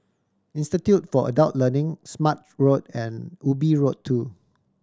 Institute for Adult Learning Smart Road and Ubi Road Two